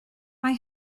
mae